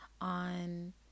on